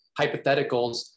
hypotheticals